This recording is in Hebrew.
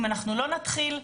אם אנחנו לא נתחיל,